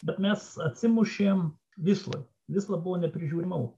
bet mes atsimušėm vysloj vysla buvo neprižiūrima upė